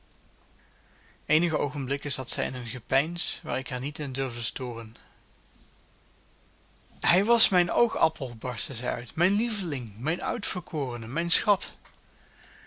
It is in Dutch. eenige oogenblikken zat zij in een gepeins waar ik haar niet in durfde storen hij was mijn oogappel barstte zij uit mijn lieveling mijn uitverkorene mijn schat